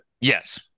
Yes